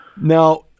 Now